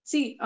See